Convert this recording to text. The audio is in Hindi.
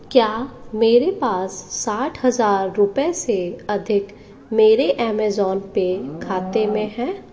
क्या मेरे पास साठ हज़ार रुपये से अधिक मेरे अमेज़न पे खाते में हैं